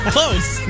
Close